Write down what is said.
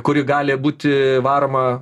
kuri gali būti varoma